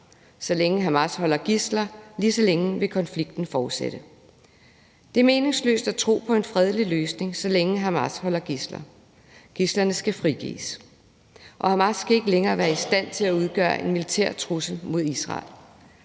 Så længe Hamas holder gidsler, lige så længe vil konflikten fortsætte. Det er meningsløst at tro på en fredelig løsning, så længe Hamas holder gidsler. Gidslerne skal frigives, og Hamas skal ikke længere være i stand til at udgøre en militær trussel mod Israel.